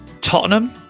tottenham